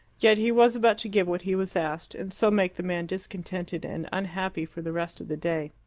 yet he was about to give what he was asked, and so make the man discontented and unhappy for the rest of the day.